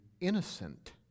innocent